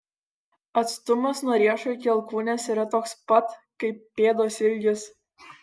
atstumas nuo riešo iki alkūnės yra toks pat kaip pėdos ilgis